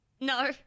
No